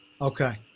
Okay